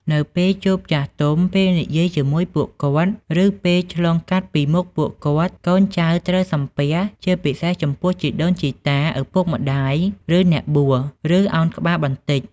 នៅពេលជួបចាស់ទុំ ពេលនិយាយជាមួយពួកគាត់ ឬពេលឆ្លងកាត់ពីមុខពួកគាត់ កូនចៅត្រូវ សំពះ ជាពិសេសចំពោះជីដូនជីតា ឪពុកម្ដាយ ឬអ្នកបួស ឬ ឱនក្បាលបន្តិច។